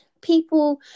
people